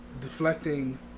deflecting